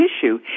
tissue